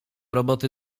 roboty